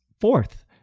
fourth